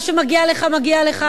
מה שמגיע לך, מגיע לך.